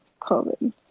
COVID